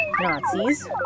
Nazis